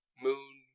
moon